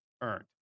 earned